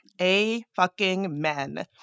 A-fucking-men